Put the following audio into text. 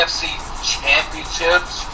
championships